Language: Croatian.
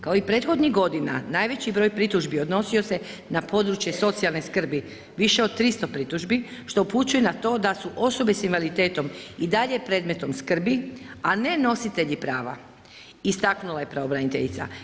Kao i prethodnih godina najveći broj pritužbi odnosio se na područje socijalne skrbi više od 300 pritužbi što upućuje na to da su osobe s invaliditetom i dalje predmetom skrbi, a ne nositelji prava istaknula je pravobraniteljica.